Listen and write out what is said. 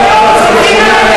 כל מילה שלא נראית לי,